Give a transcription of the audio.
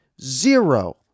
zero